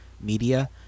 media